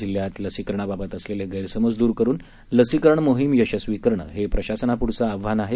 जिल्ह्यात लसीकरणाबाबत असलेले गस्तिमज दूर करुन लसीकरण मोहीम यशस्वी करणं हे प्रशासनापुढील आव्हान आहे